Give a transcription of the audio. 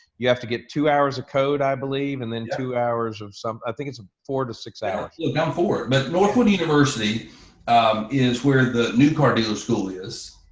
you have to get two hours of code i believe, and then two hours of some, i think it's four to six hours. like um but northwood university is where the new car dealer school is.